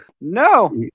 No